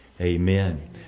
Amen